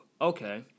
Okay